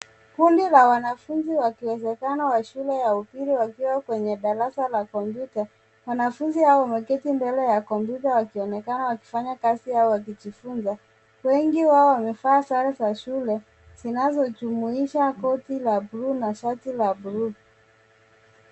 Kundi la wanafunzi wakiwezekana wa shule ya upili wakiwa kwenye darasa la kompyuta, wanafunzi hawa wameketi mbele ya kompyuta wakionekana wakifanya kazi yao wakijifunza. Wengi wai wamevaa sare za shule zinazojumuisha kiti la bluu na shati la bluu.